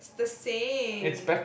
the same